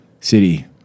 city